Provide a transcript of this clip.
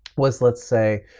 was, let's say,